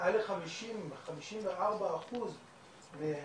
מעל ל-54 אחוזים